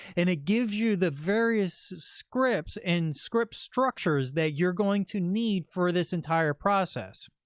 and it gives you the various scripts and script structures that you're going to need for this entire process.